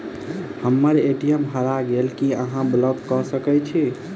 हम्मर ए.टी.एम हरा गेल की अहाँ ब्लॉक कऽ सकैत छी?